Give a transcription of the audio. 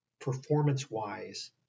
performance-wise